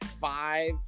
five